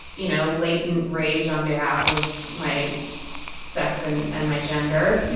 you know, latent rage on behalf of my sex and and my gender.